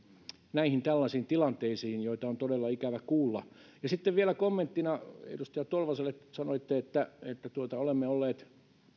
näihin tällaisiin tilanteisiin joita on todella ikävä kuulla ja sitten vielä kommenttina edustaja tolvaselle sanoitte että olemme olleet